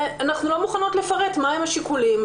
לא מוכנים לפרט מה הם השיקולים,